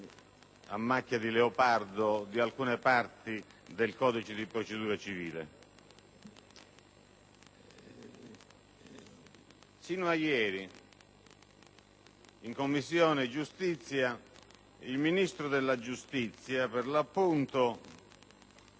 a macchia di leopardo, di alcune parti del codice di procedura civile. Sino a ieri, in Commissione giustizia, il Ministro della giustizia ha rivendicato